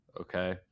Okay